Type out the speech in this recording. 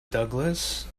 douglas